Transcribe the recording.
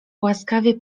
łaskawie